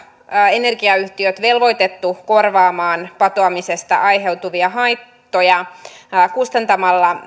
energiayhtiöt velvoitettu korvaamaan patoamisesta aiheutuvia haittoja kustantamalla